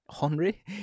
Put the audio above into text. Henry